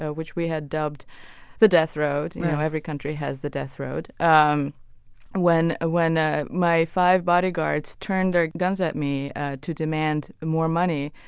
ah which we had dubbed the death road you know every country has the death road. um when when ah my five bodyguards turned their guns at me to demand more money,